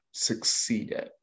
succeeded